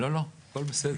לא, לא, הכול בסדר.